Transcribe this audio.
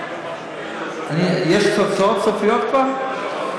יש תוצאות סופיות כבר?